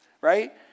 right